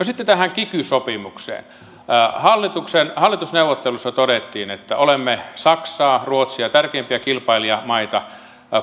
sitten tähän kiky sopimukseen hallitusneuvotteluissa todettiin että olemme saksaa ruotsia tärkeimpiä kilpailijamaita